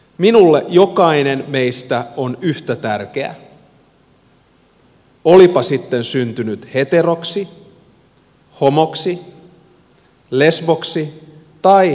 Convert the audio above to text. minulle jokainen meistä on yhtä tärkeä olipa sitten syntynyt heteroksi homoksi lesboksi tai transsukupuoliseksi